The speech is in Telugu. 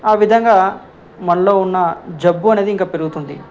ఆ విధంగా మనలో ఉన్న జబ్బు అనేది ఇంకా పెరుగుతుంది